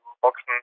Boxen